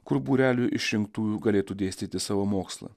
kur būreliui išrinktųjų galėtų dėstyti savo mokslą